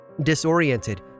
Disoriented